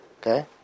okay